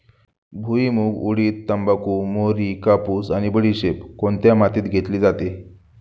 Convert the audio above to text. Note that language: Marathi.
भुईमूग, उडीद, तंबाखू, मोहरी, कापूस आणि बडीशेप कोणत्या मातीत घेतली जाते?